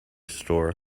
store